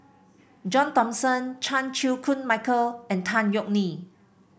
John Thomson Chan Chew Koon Michael and Tan Yeok Nee